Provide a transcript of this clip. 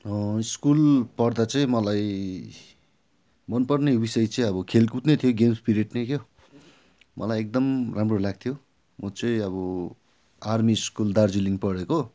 school पढ्दा चाहिँ मलाई मन पर्ने विषय चाहिँ अब खेलकुद नै थियो गेम्स पिरियड नै क्या मलाई एकदम राम्रो लाग्थ्यो म चाहिँ अब आर्मी स्कुल दार्जिलिङ पढेको